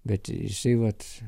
bet jisai vat